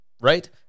right